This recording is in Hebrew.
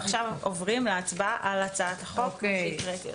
עכשיו עוברים להצבעה על הצעת החוק שהקראתי.